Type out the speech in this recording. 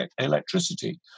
electricity